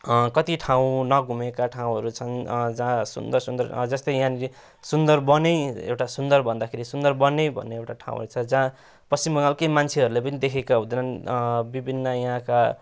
कति ठाउँ नघुमेका ठाउँहरू छन् जहाँ सुन्दर सुन्दर जस्तै यहाँनेरि सुन्दरवनै एउटा सुन्दर भन्दाखेरि सुन्दरवनै भन्ने एउटा ठाउँहरू छ जहाँ पश्चिम बङ्गालकै मान्छेहरूले पनि देखेका हुँदैनन् विभिन्न यहाँका